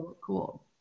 cool